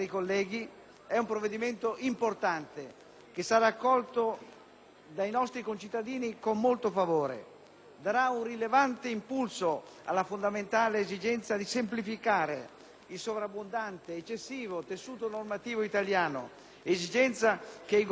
dai nostri concittadini con molto favore perché darà un rilevante impulso alla fondamentale esigenza di semplificare il sovrabbondante, eccessivo tessuto normativo italiano, esigenza che i Governi Berlusconi hanno sempre avvertito, come pure è stata percepita dal centro sinistra.